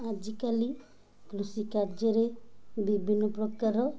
ଆଜିକାଲି କୃଷି କାର୍ଯ୍ୟରେ ବିଭିନ୍ନ ପ୍ରକାର